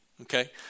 okay